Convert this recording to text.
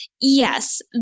Yes